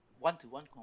one-to-one